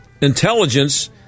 intelligence